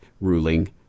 ruling